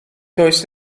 does